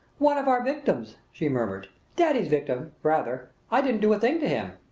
one of our victims, she murmured daddy's victim, rather. i didn't do a thing to him.